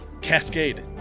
Cascade